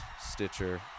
Stitcher